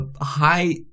high